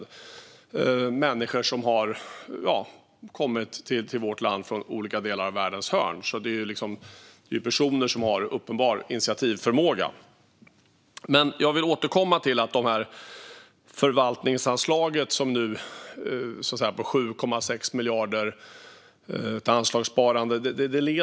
Detta är människor som har kommit till vårt land från världens alla hörn, så det handlar om personer som har uppenbar initiativförmåga. Jag vill återkomma till förvaltningsanslaget på 7,6 miljarder och till anslagssparandet.